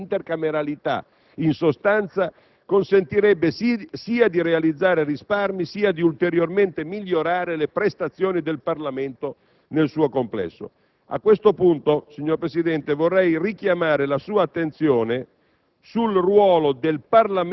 L'allargamento dell'area di intercameralità, in sostanza, consentirebbe di realizzare risparmi e di migliorare ulteriormente le prestazioni del Parlamento nel suo complesso. A questo punto, signor Presidente, vorrei richiamare la sua attenzione